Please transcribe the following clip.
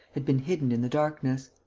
had been hidden in the darkness.